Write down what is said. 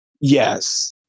Yes